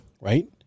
Right